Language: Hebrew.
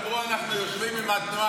אמרו: אנחנו יושבים עם התנועה